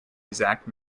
exact